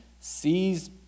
sees